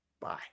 Bye